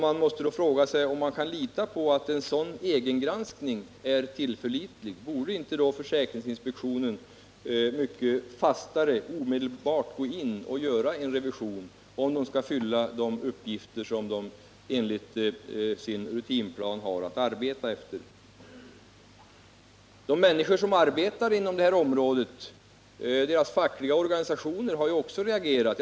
Man måste då fråga sig om man kan lita på att en sådan egengranskning är tillförlitlig. Borde inte försäkringsinspektionen mycket fastare omedelbart göra en revision, om den skall fylla de uppgifter som den enligt sin rutinplan har att fullgöra? Också de anställdas fackliga organisationer inom det här området har reagerat.